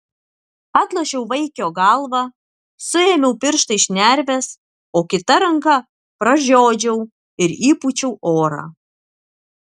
atlošiau vaikio galvą suėmiau pirštais šnerves o kita ranka pražiodžiau ir įpūčiau orą